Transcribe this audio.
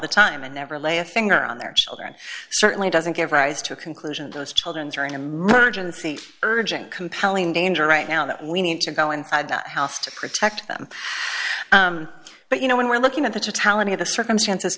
the time and never lay a finger on their children certainly doesn't give rise to a conclusion those children during emergencies urgent compelling danger right now that we need to go inside that house to protect them but you know when we're looking at the totality of the circumstances